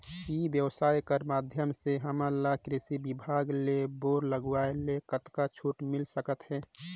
ई व्यवसाय कर माध्यम से हमन ला कृषि विभाग ले बोर लगवाए ले कतका छूट मिल सकत हे?